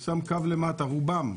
רובם,